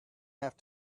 have